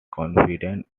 confident